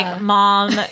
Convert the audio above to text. Mom